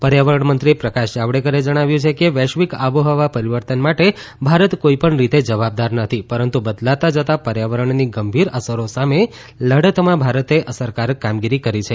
પર્યાવરણ મંત્રી પ્રકાશ જાવડેકરે જણાવ્યું છે કે વૈશ્વિક આબોહવા પરીવર્તન માટે ભારત કોઇપણ રીતે જવાબદાર નથી પરંતુ બદલાતા જતા પર્યાવરણની ગંભીર અસરો સામે લડતમાં ભારતે અસરકારક કામગીરી કરી છે